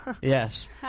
Yes